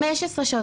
15 שעות,